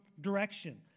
direction